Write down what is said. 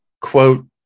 quote